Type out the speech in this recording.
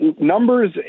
numbers